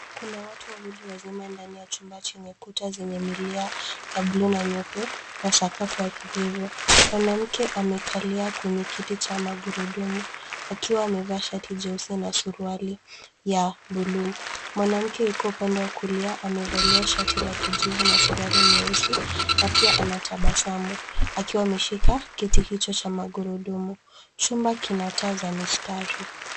Kuna watu wawili wazima ndani ya chumba chenye kuta zenye milia ya bluu na nyeupe, na sakafu ya kijivu. Mwanamke amekalia kwenye kiti cha magurudumu, akiwa amevaa shati jeusi na suruali ya bluu. Mwanamke yuko upande wa kulia amevalia shati la kijivu na suruali nyeusi, na pia anatabasamu, akiwa ameshika kiti hicho cha magurudumu. Chumba kina taa za mistari.